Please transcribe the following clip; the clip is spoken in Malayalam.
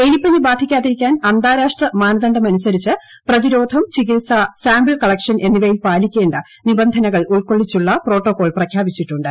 എലിപ്പനി ബാധിക്കാതിരിക്കാൻ അന്താരാഷ്ട്ര മാനദണ്ഡമനുസരിച്ച് പ്രതിരോധം ചികിത്സ സാമ്പിൾ കളക്ഷൻ എന്നിവയിൽ പാലിക്കേണ്ട നിബന്ധനകൾ ഉൾക്കൊള്ളിച്ചുള്ള പ്രോട്ടോകോൾ പ്രപ്പുഖ്യാപിച്ചിട്ടുണ്ട്